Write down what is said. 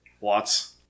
Watts